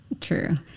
True